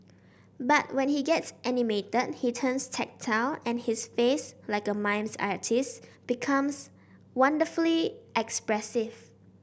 but when he gets animated he turns tactile and his face like a mime artist's becomes wonderfully expressive